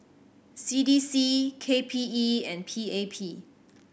C D C K P E and P A P